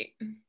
right